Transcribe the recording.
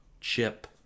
chip